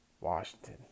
Washington